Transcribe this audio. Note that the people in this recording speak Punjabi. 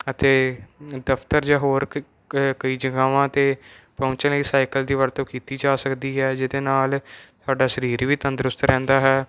ਅਤੇ ਦਫ਼ਤਰ ਜਾ ਹੋਰ ਕ ਕਈ ਜਗਾਵਾ 'ਤੇ ਪਹੁੰਚਣ ਲਈ ਸਾਈਕਲ ਦੀ ਵਰਤੋਂ ਕੀਤੀ ਜਾ ਸਕਦੀ ਹੈ ਜਿਹਦੇ ਨਾਲ ਸਾਡਾ ਸਰੀਰ ਵੀ ਤੰਦਰੁਸਤ ਰਹਿੰਦਾ ਹੈ